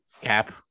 cap